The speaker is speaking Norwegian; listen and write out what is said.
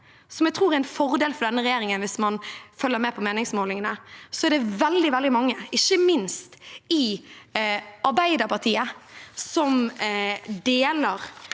noe jeg tror er en fordel for denne regjeringen, hvis man følger med på meningsmålingene – vil man se at det er veldig, veldig mange, ikke minst i Arbeiderpartiet, som deler